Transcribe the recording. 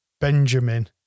Benjamin